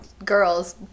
Girls